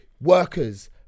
workers